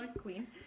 Queen